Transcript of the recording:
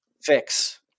fix